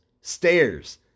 stairs